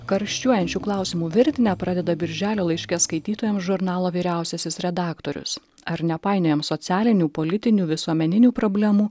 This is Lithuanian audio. karščiuojančių klausimų virtinę pradeda birželio laiške skaitytojams žurnalo vyriausiasis redaktorius ar nepainiojam socialinių politinių visuomeninių problemų